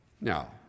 Now